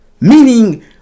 Meaning